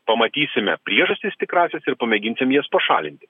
pamatysime priežastis tikrąsias ir pamėginsim jas pašalinti